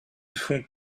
font